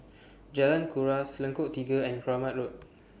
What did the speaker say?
Jalan Kuras Lengkok Tiga and Kramat Road